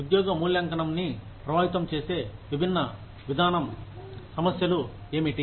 ఉద్యోగ మూల్యాంకనంని ప్రభావితం చేసే విభిన్న విధానం సమస్యలు ఏమిటి